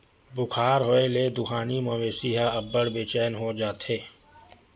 बुखार होए ले दुहानी मवेशी ह अब्बड़ बेचैन हो जाथे